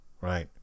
right